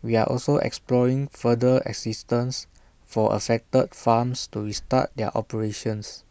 we are also exploring further assistance for affected farms to restart their operations